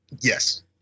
yes